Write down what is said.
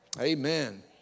Amen